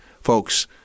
folks